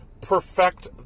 perfect